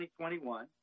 2021